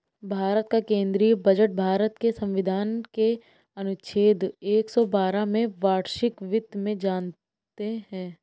भारत का केंद्रीय बजट भारत के संविधान के अनुच्छेद एक सौ बारह में वार्षिक वित्त में जानते है